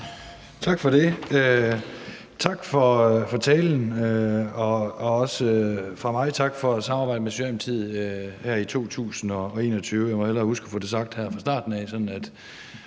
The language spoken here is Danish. Tak for det. Tak for talen, og også tak fra mig for samarbejdet med Socialdemokratiet her i 2021. Jeg må hellere huske at få det sagt her fra starten af, så